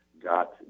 got